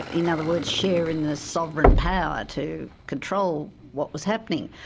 in other words, share in the sovereign power to control what was happening.